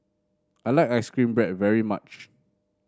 I like ice cream bread very much